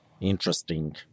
Interesting